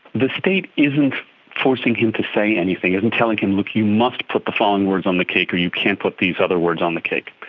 the state isn't forcing him to say anything, isn't telling him, look, you must put the following words on the cake or you can't put these other words on the cake.